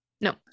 No